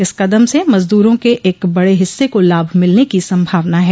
इस कदम से मजदूरों के एक बड़े हिस्से को लाभ मिलने की संभावना है